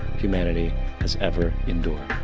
humanity has ever endured.